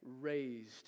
raised